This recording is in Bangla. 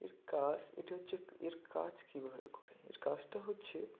এর কাজ এটা হচ্ছে এর কাজ কীভাবে করে এর কাজটা হচ্ছে